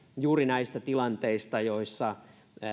juuri näistä tilanteista joissa